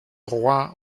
roi